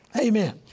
Amen